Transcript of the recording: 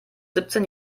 siebzehn